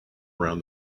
around